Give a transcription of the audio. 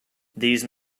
these